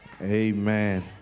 amen